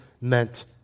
meant